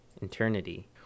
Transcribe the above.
eternity